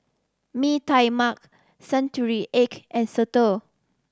Mee Tai Mak century egg and soto